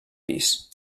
pis